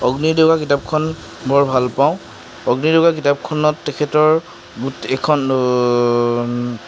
অগ্নিৰ ডেউকা কিতাপখন বৰ ভালপাওঁ অগ্নিৰ ডেউকা কিতাপখনত তেখেতৰ গোটেই এইখন